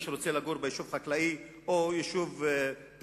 מי שרוצה לגור ביישוב חקלאי או יישוב תיירותי,